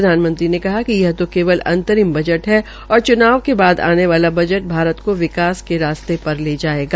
प्रधानमंत्री ने कहा कि यह तो केवल अंतरिम बजट है और चुनाव के बाद आने वाला बजट भारत को विकास के रास्ते पर ले जायेगा